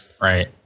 Right